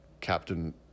Captain